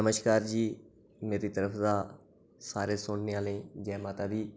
नमस्कार जी मेरी तरफ दा सारे सुनने आह्लें गी जय माता दी